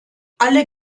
alle